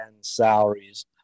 salaries